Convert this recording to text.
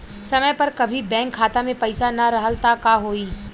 समय पर कभी बैंक खाता मे पईसा ना रहल त का होई?